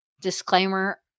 disclaimer